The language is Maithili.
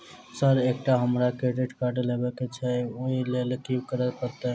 सर एकटा हमरा क्रेडिट कार्ड लेबकै छैय ओई लैल की करऽ परतै?